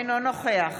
אינו נוכח